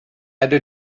other